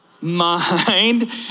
mind